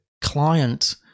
client